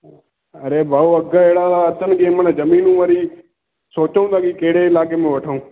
अड़े भाऊ अघ अहिड़ा था अचनि कि माना ज़मीनूं वरी सोचूं था कि कहिड़े इलाइक़े में वठूं